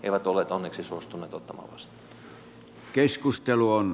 eivät olleet onneksi suostuneet ottamaan vastaan